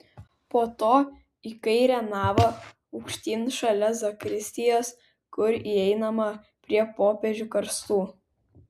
po to į kairę navą aukštyn šalia zakristijos kur įeinama prie popiežių karstų